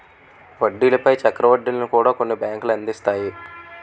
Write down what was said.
వడ్డీల పై చక్ర వడ్డీలను కూడా కొన్ని బ్యాంకులు అందిస్తాయి